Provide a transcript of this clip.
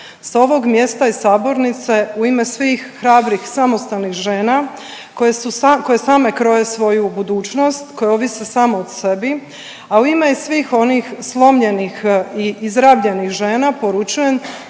S ovog mjesta iz sabornice u ime svih hrabrih samostalnih žena koje same kroje svoju budućnost, koje ovise samo o sebi, a u ime i svih onih slomljenih i izrabljenih žena poručujem